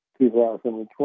2020